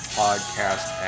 podcast